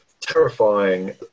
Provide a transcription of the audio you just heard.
terrifying